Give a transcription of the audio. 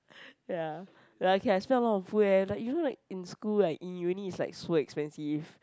ya like I can I spend a lot on food eh like you know like in school like in uni it's like so expensive